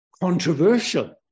controversial